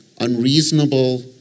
unreasonable